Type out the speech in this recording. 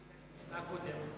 שנשאלה קודם,